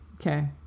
Okay